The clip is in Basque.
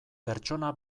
pertsona